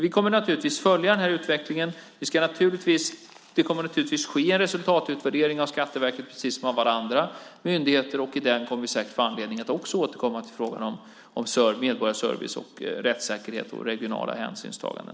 Vi kommer naturligtvis att följa utvecklingen. Det kommer självfallet att ske en resultatutvärdering av Skatteverket precis som av alla andra myndigheter. Vid den kommer vi säkert att få anledning att också återkomma till frågan om medborgarservice, rättssäkerhet och regionala hänsynstaganden.